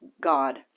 God